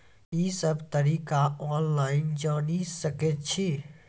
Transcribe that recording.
ई सब तरीका ऑनलाइन जानि सकैत छी?